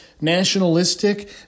nationalistic